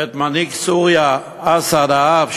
ואת מנהיג סוריה אסד האב,